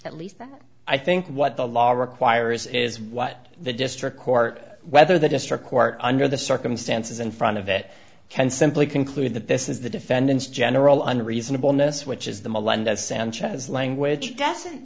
at least that i think what the law requires is what the district court whether the district court under the circumstances in front of it can simply conclude that this is the defendant's general under reasonableness which is the melendez sanchez language doesn't